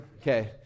Okay